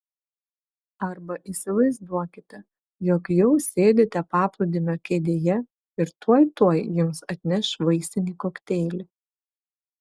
arba įsivaizduokite jog jau sėdite paplūdimio kėdėje ir tuoj tuoj jums atneš vaisinį kokteilį